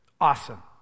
Awesome